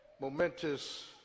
momentous